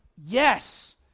Yes